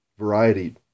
variety